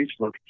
Facebook